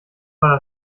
war